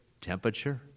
temperature